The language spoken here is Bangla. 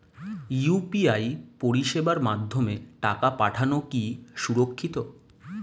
ইউ.পি.আই পরিষেবার মাধ্যমে টাকা পাঠানো কি সুরক্ষিত?